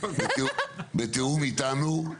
בתיאום איתנו.